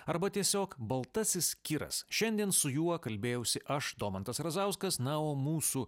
arba tiesiog baltasis kiras šiandien su juo kalbėjausi aš domantas razauskas na o mūsų